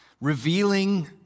revealing